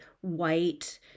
white